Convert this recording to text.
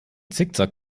zickzack